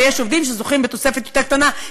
ויש כאן עובדים שזוכים בתוספת יותר קטנה,